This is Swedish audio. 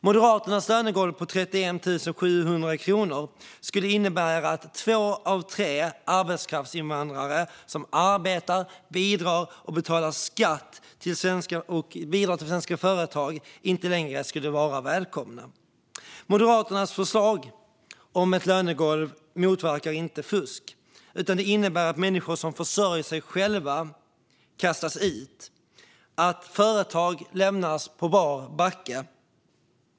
Moderaternas lönegolv på 31 700 kronor skulle innebära att två av tre arbetskraftsinvandrare som arbetar, betalar skatt och bidrar till svenska företag inte längre skulle vara välkomna. Moderaternas förslag om ett lönegolv motverkar inte fusk. Det innebär att människor som försörjer sig själva kastas ut och att företag lämnas på bar backe.